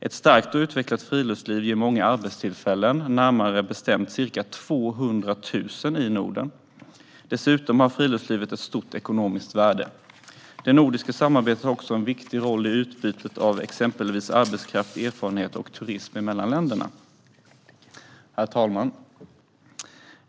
Ett starkt och utvecklat friluftsliv ger många arbetstillfällen, närmare bestämt ca 200 000 i Norden. Dessutom har friluftslivet ett stort ekonomiskt värde. Det nordiska samarbetet har också en viktig roll i utbytet av exempelvis arbetskraft, erfarenheter och turism mellan länderna. Herr talman!